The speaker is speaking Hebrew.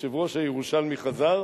היושב-ראש הירושלמי חזר,